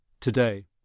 today